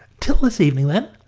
till this evening, then.